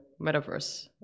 metaverse